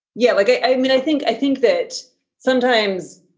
yeah, like i i mean, i think i think that sometimes